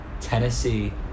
Tennessee